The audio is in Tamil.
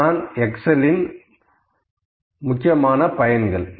இதுதான் எக்ஸெல் இன் பயன்கள்